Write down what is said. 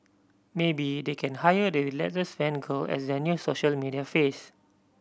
maybe they can hire the relentless fan girl as their new social media face